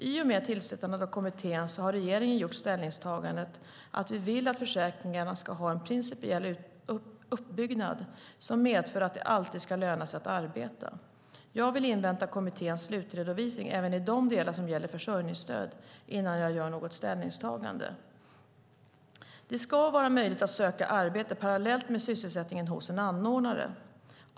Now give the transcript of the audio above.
I och med tillsättandet av kommittén har regeringen gjort ställningstagandet att vi vill att försäkringarna ska ha en principiell uppbyggnad som medför att det alltid ska löna sig att arbeta. Jag vill invänta kommitténs slutredovisning även i de delar som gäller försörjningsstöd innan jag gör något ställningstagande. Det ska vara möjligt att söka arbete parallellt med sysselsättning hos en anordnare.